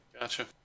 Gotcha